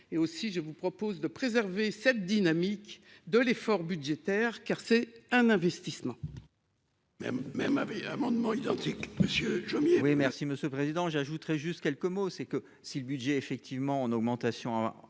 et aussi je vous propose de préserver cette dynamique de l'effort budgétaire, car c'est un investissement. Même même avait amendements identiques Monsieur Jomier. Oui merci monsieur le président, j'ajouterai juste quelques mots, c'est que si le budget effectivement en augmentation